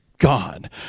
God